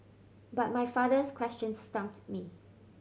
but my father's question stumped me